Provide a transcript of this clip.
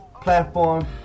platform